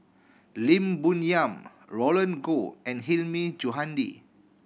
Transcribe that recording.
Lim Bo Yam Roland Goh and Hilmi Johandi